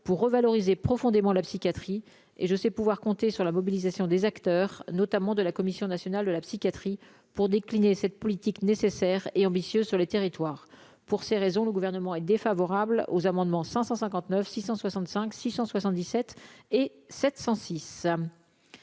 pour revaloriser profondément la psychiatrie et je sais pouvoir compter sur la mobilisation des acteurs, notamment de la Commission nationale de la psychiatrie pour décliner cette politique nécessaire et ambitieux sur le territoire pour ces raisons, le Gouvernement est défavorable aux amendements 559 665 677 et 706